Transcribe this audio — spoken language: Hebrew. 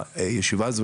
בישיבה הזו,